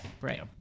right